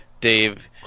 Dave